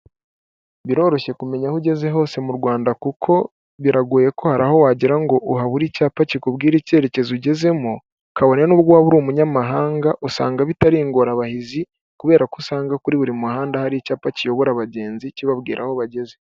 Biroroshye kumenya aho ugeze hose mu Rwanda kuko biragoye ko hari aho wagera ngo uharuhabure icyapa kikubwira icyerekezo ugezemo kabone n'u waba uri umunyamahanga usanga bitari ingorabahizi kubera ko usanga kuri buri muhanda hari icyapa kiyobora abagenzi kibabwira aho bageze.